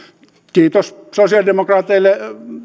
kiitos sosialidemokraateille